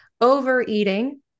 overeating